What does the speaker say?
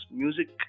music